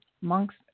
monks